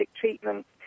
treatments